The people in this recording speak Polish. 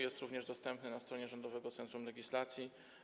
Jest on również dostępny na stronie Rządowego Centrum Legislacji.